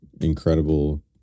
incredible